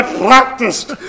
practiced